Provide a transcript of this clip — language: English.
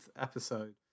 episode